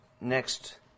next